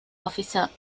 އޮފިސަރ